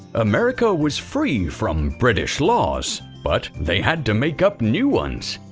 america was free from british laws, but they had to make up new ones.